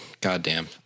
Goddamn